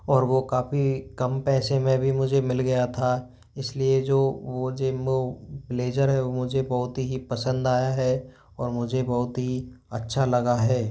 और वो काफ़ी कम पैसे में भी मिल गया था इसलिए जो वो ब्लेज़र है वो मुझे बहुत ही पसंद आया है और मुझे बहुत ही अच्छा लगा है